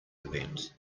event